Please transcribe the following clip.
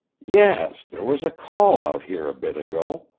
yes there was a call out here a bit ago.